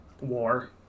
War